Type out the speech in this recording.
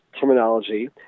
terminology